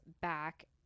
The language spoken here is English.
back